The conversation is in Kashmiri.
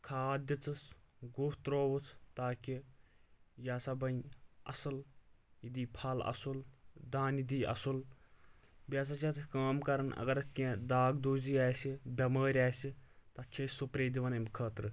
کھاد دِژٕس گُہہ ترٛووُس تاکہِ یہِ ہسا بَنہِ اَصٕل یہِ دی پھل اَصٕل دانہِ دِیہِ اصٕل بیٚیہِ ہَسا چھِ اَتھ کٲم کَرَن اَگر اَتھ کینٛہہ داغ دوٗزی آسہِ بٮ۪مٲرۍ آسہِ تَتھ چھِ أسۍ سپرے دِوَن اَمہِ خٲطرٕ